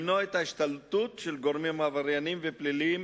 למנוע את ההשתלטות של גורמים עברייניים ופליליים